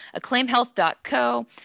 acclaimhealth.co